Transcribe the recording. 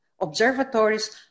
observatories